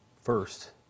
First